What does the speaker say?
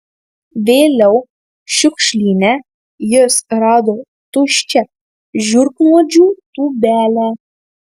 vėliau šiukšlyne jis rado tuščią žiurknuodžių tūbelę